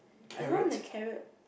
I don't want the carrot